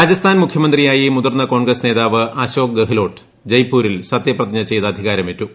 രാജസ്ഥാൻ മുഖ്യമന്ത്രിയായി മുതിർന്ന കോൺഗ്രസ് നേതാവ് അശോക് ഗഹ്ലോട്ട് ജയ്പ്പൂരിൽ സത്യപ്രതിജ്ഞ ചെയ്ത് അധികാരമേറ്റു